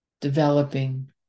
developing